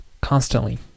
constantly